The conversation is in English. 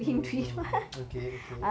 mm okay okay